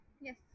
Yes